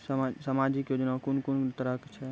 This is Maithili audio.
समाजिक योजना कून कून तरहक छै?